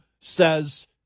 says